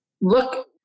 look